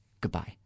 goodbye